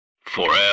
Forever